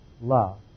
love